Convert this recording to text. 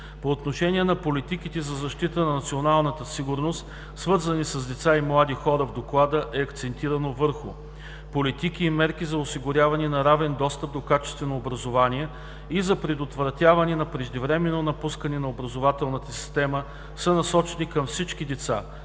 По отношение на политиките за защита на националната сигурност, свързани с деца и млади хора, в Доклада е акцентирано върху: - политики и мерки за осигуряване на равен достъп до качествено образование и за предотвратяване на преждевременното напускане на образователната система са насочени към всички деца,